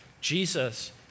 Jesus